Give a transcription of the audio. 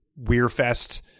Weirfest